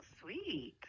sweet